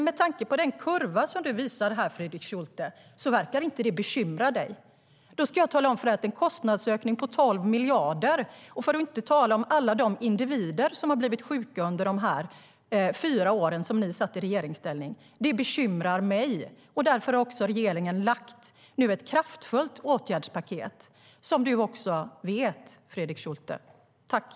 Med tanke på den kurva som du, Fredrik Schulte, visade verkar detta inte bekymra dig. Jag ska tala om för dig att det är en kostnadsökning på 12 miljarder, för att inte tala om alla de individer som har blivit sjuka under de fyra år som ni satt i regeringsställning. Det bekymrar mig, och därför har regeringen nu lagt fram ett kraftfullt åtgärdspaket, vilket du, Fredrik Schulte, också vet.